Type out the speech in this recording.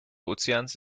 ozeans